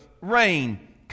rain